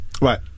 Right